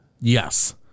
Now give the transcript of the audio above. Yes